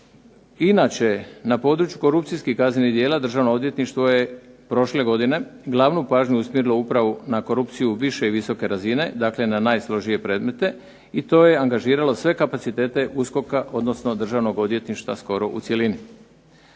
Inače na području korupcijskih kaznenih djela Državno odvjetništvo je prošle godine glavnu pažnju usmjerilo upravo na korupciju više i visoke razine. Dakle, na najsložije predmete i to je angažiralo sve kapacitete USKOK-a odnosno Državnog odvjetništva skoro u cjelini.